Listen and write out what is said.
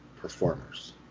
performers